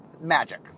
Magic